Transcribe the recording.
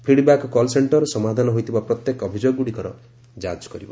feedback call centre ସମାଧାନ ହୋଇଥିବା ପ୍ରତ୍ୟେକ ଅଭିଯୋଗଗୁଡ଼ିକର ଯାଞ୍ଚ କରିବ